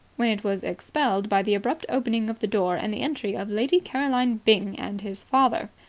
when it was expelled by the abrupt opening of the door and the entry of lady caroline byng and his father.